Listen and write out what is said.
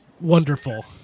wonderful